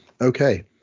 okay